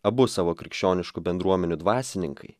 abu savo krikščioniškų bendruomenių dvasininkai